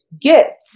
get